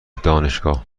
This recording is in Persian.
دانشگاه